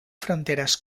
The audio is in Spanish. fronteras